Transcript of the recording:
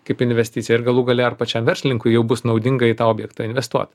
kaip investiciją ir galų gale ar pačiam verslininkui jau bus naudinga į tą objektą investuo